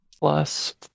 Plus